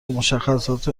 مشخصات